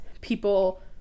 people